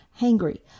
hangry